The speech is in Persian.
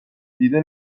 دیده